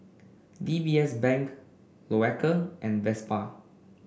D B S Bank Loacker and Vespa